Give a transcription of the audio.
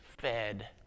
fed